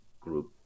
group